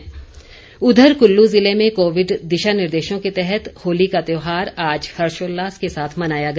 कुल्लू होली उधर कुल्लू ज़िले में कोविड दिशा निर्देशों के तहत होली का त्योहार आज हर्षोल्लास के साथ मनाया गया